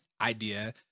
idea